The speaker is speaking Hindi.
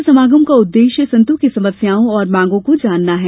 संत समागम का उद्देश्य संतों की समस्याओँ और मांगों को जानना है